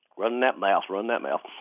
running that mouth, running that mouth.